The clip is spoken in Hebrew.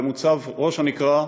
במוצב ראש-הנקרה,